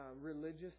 religious